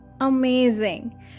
Amazing